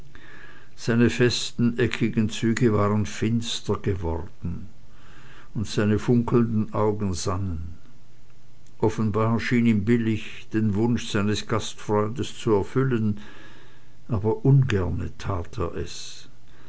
seine festen eckigen züge waren finster geworden und seine funkelnden augen sannen offenbar schien ihm billig den wunsch seines gastfreundes zu erfüllen aber ungerne tat er es